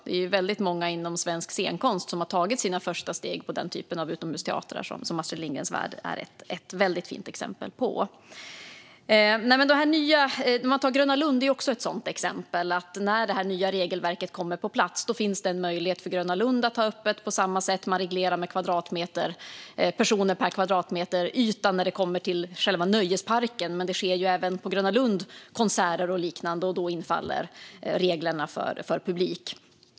Det är många inom svensk scenkonst som har tagit sina första steg på den typ av utomhusteatrar som Astrid Lindgrens Värld är ett väldigt fint exempel på. Gröna Lund är också ett sådant exempel. När det nya regelverket kommer på plats finns det en möjlighet för Gröna Lund att ha öppet på samma sätt. Regleringen avser personer per kvadratmeter yta när det gäller själva nöjesparken. Men även på Gröna Lund arrangeras ju konserter och liknande, och då gäller reglerna för publik.